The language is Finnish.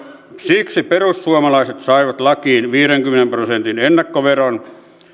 siksi perussuomalaiset saivat lakiin viidenkymmenen prosentin ennakkoveron